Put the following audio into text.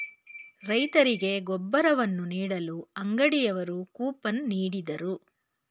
ರೈತರಿಗೆ ಗೊಬ್ಬರವನ್ನು ನೀಡಲು ಅಂಗಡಿಯವರು ಕೂಪನ್ ನೀಡಿದರು